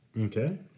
Okay